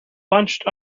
bunched